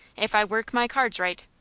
if i work my cards right.